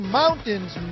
mountains